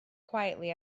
quietly